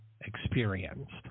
experienced